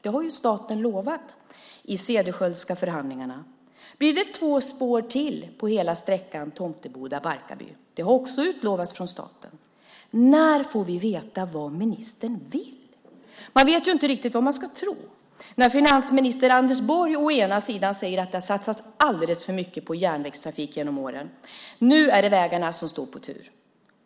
Det har ju staten lovat i de Cederschiöldska förhandlingarna. Blir det två spår till på hela sträckan Tomteboda-Barkarby? Det har också utlovats från staten. När får vi veta vad ministern vill? Man vet inte riktigt vad man ska tro när finansminister Anders Borg å ena sidan säger att det har satsats alldeles för mycket på järnvägstrafik genom åren, och nu är det vägarna som står på tur.